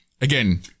Again